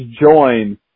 join